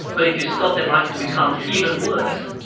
but if you stop they are likely to become even worse.